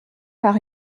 par